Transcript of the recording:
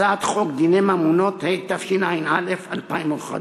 היא הצעת חוק דיני ממונות, התשע"א 2011,